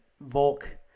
Volk